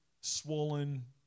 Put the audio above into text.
swollen